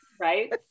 right